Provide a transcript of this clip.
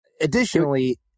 Additionally